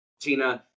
Tina